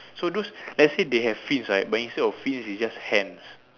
so those let's say they have fins right but instead of fins it's just hands